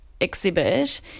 exhibit